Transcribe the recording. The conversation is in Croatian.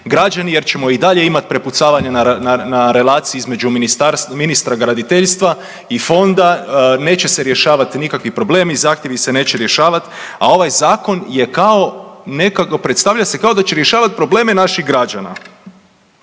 građani jer ćemo i dalje imati prepucavanje na relaciji između ministra graditeljstva i fonda. Neće se rješavati nikakvi problemi, zahtjevi se neće rješavati, a ovaj zakon je kao, predstavlja se kao da će rješavati probleme naših građana.